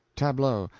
tableau.